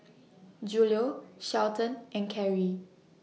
Julio Shelton and Carey